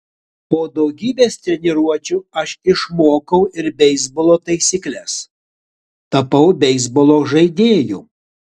po daugybės treniruočių aš išmokau ir beisbolo taisykles tapau beisbolo žaidėju